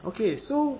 okay so